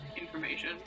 information